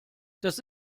das